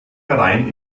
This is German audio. herein